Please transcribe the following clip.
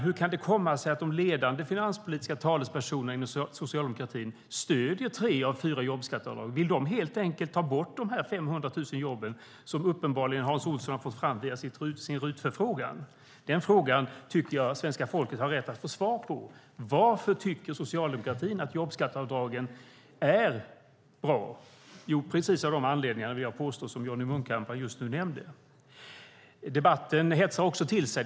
Hur kan det komma sig att de ledande finanspolitiska talespersonerna inom socialdemokratin stöder tre av fyra jobbskatteavdrag? Vill de helt enkelt ta bort de 500 000 jobb som Hans Olsson uppenbarligen har fått fram via sin RUT-förfrågan? Den frågan tycker jag att svenska folket har rätt att få svar på. Varför tycker socialdemokratin att jobbskatteavdragen är bra? Jo, av de anledningar som Johnny Munkhammar just nämnde. Debatten hetsar till sig.